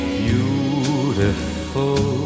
beautiful